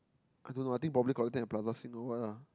I don't know I think probably collecting at Plaza-Sing or what lah